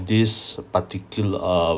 this particular err